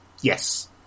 Yes